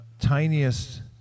tiniest